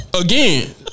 again